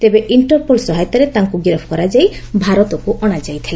ତେବେ ଇଣ୍ଟରପୋଲ୍ ସହାୟତାରେ ତାଙ୍କୁ ଗିରଫ କରାଯାଇ ଭାରତକୁ ଅଣାଯାଇଥିଲା